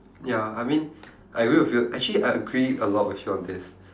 ya I mean I will with you actually I agree a lot with you on this